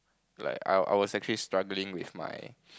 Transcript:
like I I was actually struggling with my